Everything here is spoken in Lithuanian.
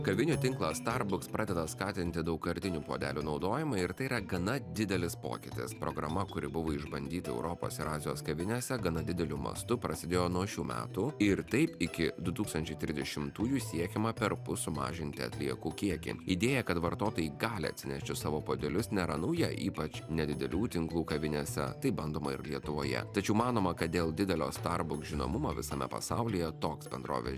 kavinių tinklas starbucks pradeda skatinti daugkartinių puodelių naudojimą ir tai yra gana didelis pokytis programa kuri buvo išbandyta europos ir azijos kavinėse gana dideliu mastu prasidėjo nuo šių metų ir taip iki du tūkstančiai trisdešimtųjų siekiama perpus sumažinti atliekų kiekį idėja kad vartotojai gali atsinešti savo puodelius nėra nauja ypač nedidelių tinklų kavinėse tai bandoma ir lietuvoje tačiau manoma kad dėl didelio starbucks žinomumo visame pasaulyje toks bendrovės